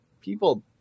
people